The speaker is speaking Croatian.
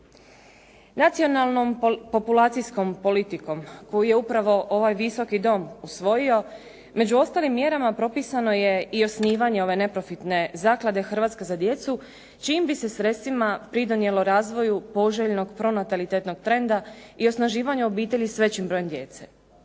Nacionalnom populacijskom politikom koju je upravo ovaj Visoki dom usvojio među ostalim mjerama propisano je i osnivanje ove neprofitne zaklade "Hrvatska za djecu" čijim bi se sredstvima pridonijelo razvoju poželjnog pronatalitetnog trenda i osnaživanje obitelji s većim brojem djece.